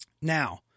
Now